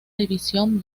división